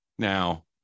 now